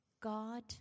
God